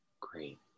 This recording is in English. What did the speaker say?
Great